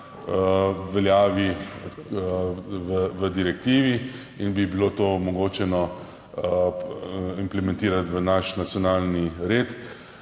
veljavi v direktivi in bi bilo to omogočeno implementirati v naš nacionalni red.